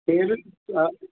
केरु